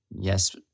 yes